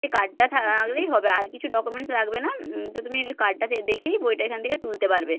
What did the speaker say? সেই কার্ডটা আনলেই হবে আর কিছু ডকুমেন্টস লাগবেনা তো তুমি কার্ডটা দেখিয়েই বইটা এখান থেকে তুলতে পারবে